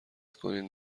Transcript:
کنین